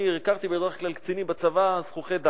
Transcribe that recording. אני הכרתי בדרך כלל בצבא קצינים זחוחי דעת.